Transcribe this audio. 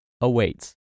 awaits